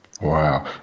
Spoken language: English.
Wow